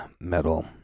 metal